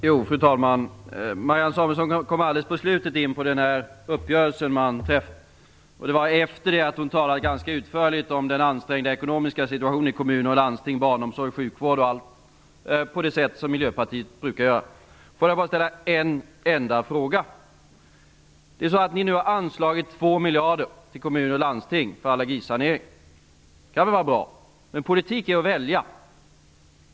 Fru talman! Marianne Samuelsson kom alldeles på slutet in på uppgörelsen som man träffat. Det var efter det att hon talat ganska utförligt om den ansträngda ekonomiska situationen i kommuner och landsting - barnomsorg, sjukvård och allt - på det sätt som Miljöpartiet brukar göra. Låt mig bara ställa en enda fråga. Ni har nu anslagit 2 miljarder till kommuner och landsting för allergisanering. Det kan vara bra, men politik är att välja.